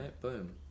Boom